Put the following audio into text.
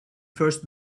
first